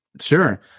Sure